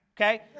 okay